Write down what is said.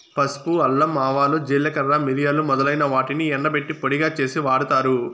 పసుపు, అల్లం, ఆవాలు, జీలకర్ర, మిరియాలు మొదలైన వాటిని ఎండబెట్టి పొడిగా చేసి వాడతారు